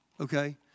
okay